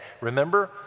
remember